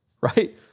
right